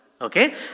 okay